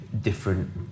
different